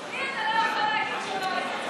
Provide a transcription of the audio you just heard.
לי אתה לא יכול להגיד שלא הייתי.